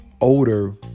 older